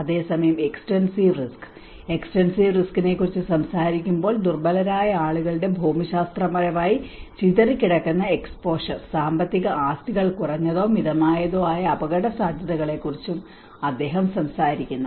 അതേസമയം extensive risk extensive റിസ്ക്കിനെക്കുറിച്ചു സംസാരിക്കുമ്പോൾ ദുർബലരായ ആളുകളുടെ ഭൂമിശാസ്ത്രപരമായി ചിതറിക്കിടക്കുന്ന എക്സ്പോഷർ സാമ്പത്തിക ആസ്തികൾ കുറഞ്ഞതോ മിതമായതോ ആയ അപകടസാധ്യതകളെക്കുറിച്ചും അദ്ദേഹം സംസാരിക്കുന്നു